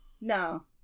no